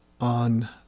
on